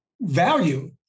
value